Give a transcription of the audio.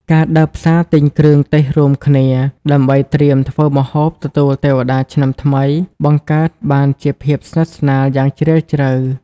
ការដើរផ្សារទិញគ្រឿងទេសរួមគ្នា ដើម្បីត្រៀមធ្វើម្ហូបទទួលទេវតាឆ្នាំថ្មី បង្កើតបានជាភាពស្និទ្ធស្នាលយ៉ាងជ្រាលជ្រៅ។